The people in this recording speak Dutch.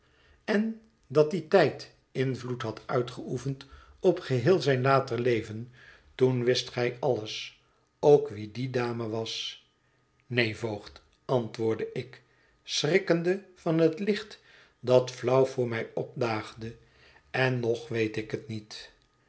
en dat die tijd invloed had uitgeoefend op geheel zijn later leven toen wist gij alles ook wie die dame was neen voogd antwoordde ik schrikkende van het licht dat flauw voor mij opdaagde en nog weet ik het niet